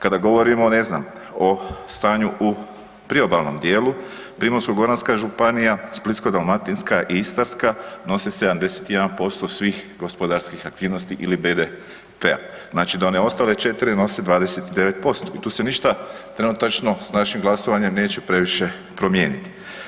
Kada govorimo ne znam o stanju u priobalnom dijelu, Primorsko-goranska županija, Splitsko-dalmatinska i Istarska nose 71% svih gospodarskih aktivnosti ili BDP-a, znači da one ostale 4 nose 29% i tu se ništa trenutačno s našim glasovanjem neće previše promijeniti.